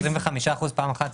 25% פעם אחת.